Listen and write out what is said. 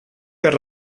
per